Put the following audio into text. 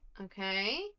Okay